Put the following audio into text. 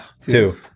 two